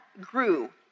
grew